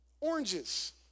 Oranges